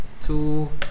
Two